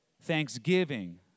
thanksgiving